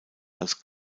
als